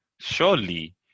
surely